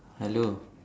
hello